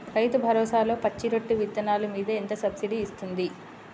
రైతు భరోసాలో పచ్చి రొట్టె విత్తనాలు మీద ఎంత సబ్సిడీ ఇస్తుంది?